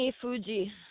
Fuji